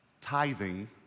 Tithing